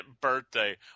birthday